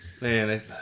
Man